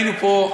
היינו פה,